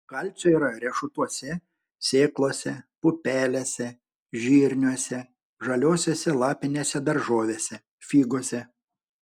kalcio yra riešutuose sėklose pupelėse žirniuose žaliosiose lapinėse daržovėse figose